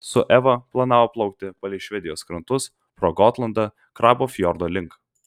su eva planavo plaukti palei švedijos krantus pro gotlandą krabų fjordo link